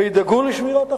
שידאגו לשמירת החוק,